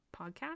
Podcast